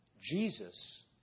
Jesus